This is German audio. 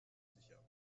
sicher